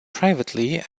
privately